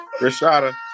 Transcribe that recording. Rashada